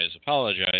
Apologize